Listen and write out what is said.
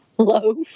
loaf